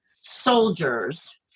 soldiers